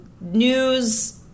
news